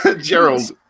Gerald